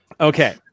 okay